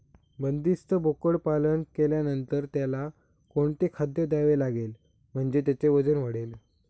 बंदिस्त बोकडपालन केल्यानंतर त्याला कोणते खाद्य द्यावे लागेल म्हणजे त्याचे वजन वाढेल?